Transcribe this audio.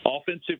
offensive